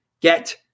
get